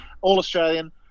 all-Australian